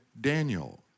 Daniel